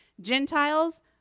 Gentiles